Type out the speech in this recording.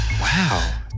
Wow